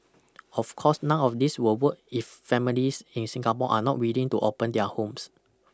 of course none of this will work if families in Singapore are not willing to open their homes